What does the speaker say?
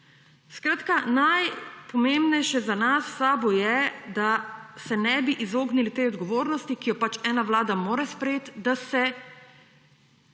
Skratka, najpomembnejše za nas v SAB je, da se ne bi izognili tej odgovornosti, ki jo ena vlada mora sprejeti, da se